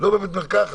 לא בבית מרקחת,